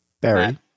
Barry